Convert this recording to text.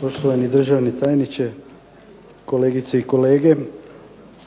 poštovani državni tajniče, kolegice i kolege